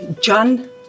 John